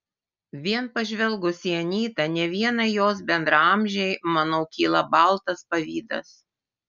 vien pažvelgus į anytą ne vienai jos bendraamžei manau kyla baltas pavydas